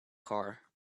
car